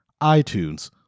iTunes